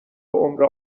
عمر